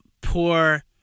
poor